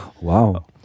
Wow